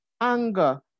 anger